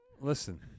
Listen